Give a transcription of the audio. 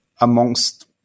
amongst